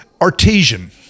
Artesian